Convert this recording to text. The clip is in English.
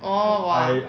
orh !wah!